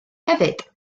hefyd